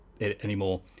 anymore